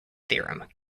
theorem